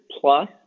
plus